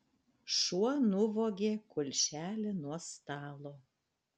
šuo nuvogė kulšelę nuo stalo